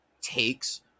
takes